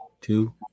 two